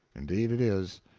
indeed, it is.